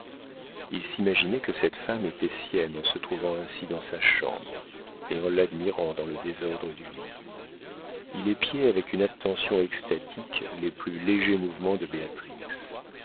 il s'imaginait que cette femme était sienne en se trouvant ainsi dans sa chambre et en l'admirant dans le désordre du lit il épiait avec une attention extatique les plus légers mouvements de